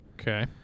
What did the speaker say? Okay